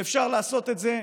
ואפשר לעשות את זה,